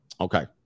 Okay